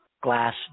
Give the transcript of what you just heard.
glass